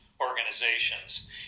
organizations